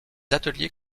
ateliers